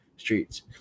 streets